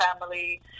family